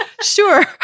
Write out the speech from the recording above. sure